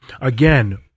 again